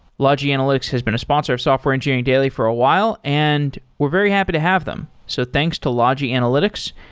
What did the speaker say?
logi analytics has been a sponsor of software engineering daily for a while, and we're very happy to have them. so thanks to logi analytics,